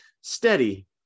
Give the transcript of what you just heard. steady